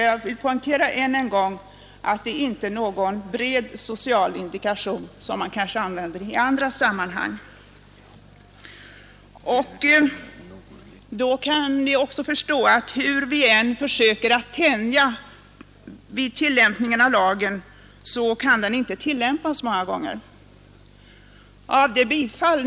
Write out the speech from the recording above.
Jag vill poängtera än en gång att det inte är någon bred social indikation av det slag som används i andra sammanhang. Då kan ni också förstå att hur vi än försöker tänja lagen vid tillämpningen, så kan den många gånger inte användas för att medge bifall.